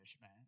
man